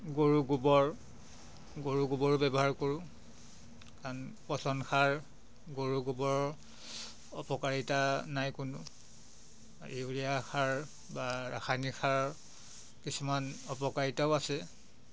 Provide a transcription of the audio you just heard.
গৰু গোবৰ গৰু গোবৰো ব্যৱহাৰ কৰোঁ কাৰণ পচন সাৰ গৰু গোবৰৰ অপকাৰীতা নাই কোনো ইউৰিয়া সাৰ বা ৰাসায়নিক সাৰ কিছুমান অপকাৰীতাও আছে